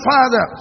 Father